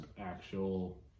actual